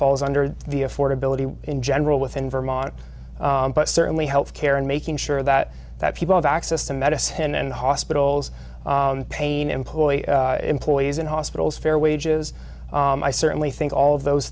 falls under the affordability in general within vermont but certainly health care and making sure that that people have access to medicine and hospital roles pain employ employees in hospitals fair wages i certainly think all of those